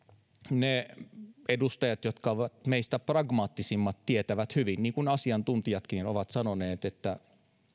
ne edustajat jotka ovat meistä pragmaattisimmat tietävät hyvin niin kuin asiantuntijatkin ovat sanoneet että